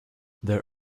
their